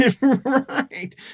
Right